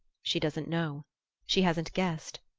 she doesn't know she hasn't guessed.